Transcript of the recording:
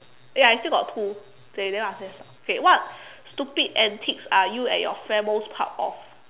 eh I still got two okay then I say first okay what stupid antics are you at your friends most proud of